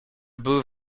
były